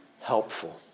helpful